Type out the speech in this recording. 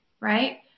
right